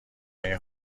این